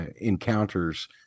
encounters